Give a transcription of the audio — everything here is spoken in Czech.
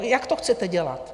Jak to chcete dělat?